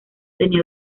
tenía